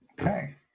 Okay